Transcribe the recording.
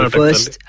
first